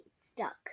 stuck